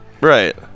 Right